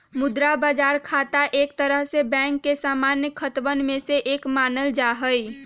मुद्रा बाजार खाता एक तरह से बैंक के सामान्य खतवन में से एक मानल जाहई